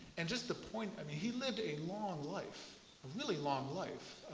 and just the point i mean, he lived a long life, a really long life.